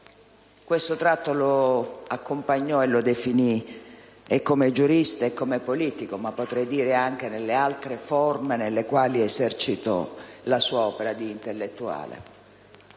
Questo tratto lo accompagnò e lo definì, e come giurista e come politico, ma potrei dire anche nelle altre forme nelle quali esercitò la sua opera di intellettuale.